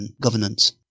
governance